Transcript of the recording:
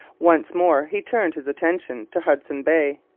once more he turned his attention to hudson bay,